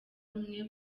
rumwe